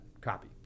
copy